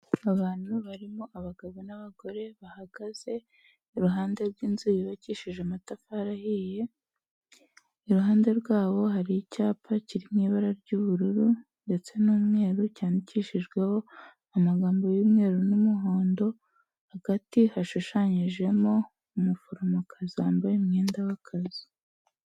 Abantu barimo abagabo n'abagore, bahagaze iruhande rw'inzu yubakishije amatafari ahiye, iruhande rwabo hari icyapa kiri mu ibara ry'ubururu ndetse n'umweru, cyandikishijweho amagambo y'umweru n'umuhondo, hagatiti hashushanyijemo, umuforomokazi wambaye umwenda w'akazi.